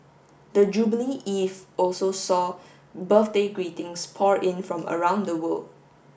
the jubilee eve also saw birthday greetings pour in from around the world